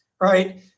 right